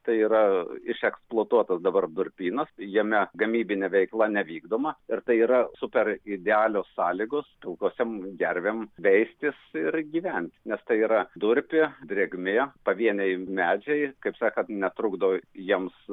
tai yra išeksploatuotas dabar durpynas jame gamybinė veikla nevykdoma ir tai yra super idealios sąlygos pilkosiom gervėm veistis ir gyventi nes tai yra durpė drėgmė pavieniai medžiai kaip sakant netrukdo jiems